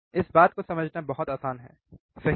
इस बात को समझना बहुत आसान है सही है